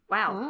Wow